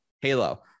halo